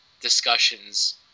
discussions